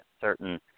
certain